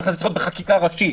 זה צריך להיות בחקיקה ראשית.